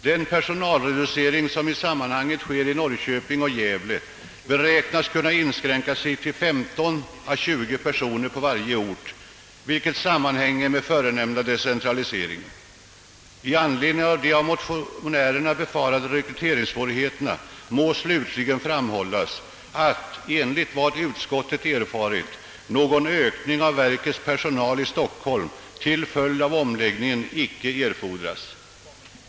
Den personalreducering som i sammanhanget sker i Norrköping och Gävle beräknas inskränka sig till 15 å 20 personer på varje ort, vilket sammanhänger med förenämnda decentralisering. I anledning av de av motionärerna befarade rekryteringssvårigheterna m.m. må slutligen framhållas att, enligt vad utskottet erfarit, någon ökning av verkets personal i Stockholm till följd av omläggningen inte erfordras.